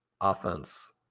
offense